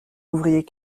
ouvrier